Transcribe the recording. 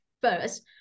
first